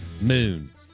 Moon